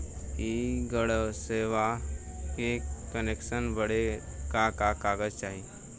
इ गइसवा के कनेक्सन बड़े का का कागज चाही?